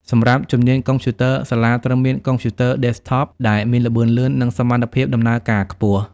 សម្រាប់ជំនាញកុំព្យូទ័រ សាលាត្រូវមានកុំព្យូទ័រ Desktop ដែលមានល្បឿនលឿននិងសមត្ថភាពដំណើរការខ្ពស់។